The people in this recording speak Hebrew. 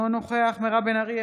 אינו נוכח מירב בן ארי,